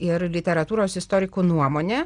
ir literatūros istorikų nuomonė